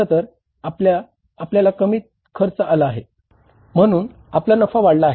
खरतर आपल्याला कमी खर्च आला आहे म्हणून आपला नफा वाढला आहे